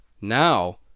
Now